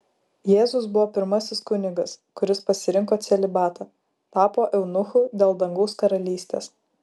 jėzus buvo pirmasis kunigas kuris pasirinko celibatą tapo eunuchu dėl dangaus karalystės